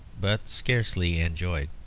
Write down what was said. but scarcely enjoyed.